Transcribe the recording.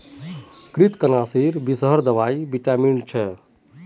कृन्तकनाशीर विषहर दवाई विटामिनेर छिको